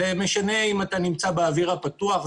זה משנה אם אתה נמצא באוויר הפתוח,